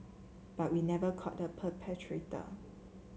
but we never caught the perpetrator